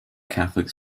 catholic